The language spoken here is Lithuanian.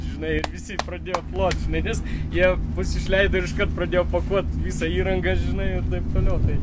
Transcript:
žinai visi pradėjo plot nes jie mus išleido ir iškart pradėjo pakuot visą įrangą ir taip toliau tai